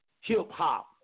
hip-hop